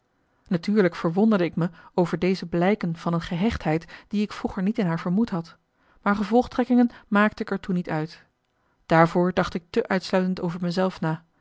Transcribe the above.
natuurlijk verwonderde ik me over deze blijken van een gehechtheid die ik vroeger niet in haar vermoed had maar gevolgtrekkingen maakte ik er toen niet uit daarvoor dacht ik te uitsluitend over mezelf na